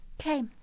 Okay